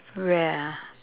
wear ah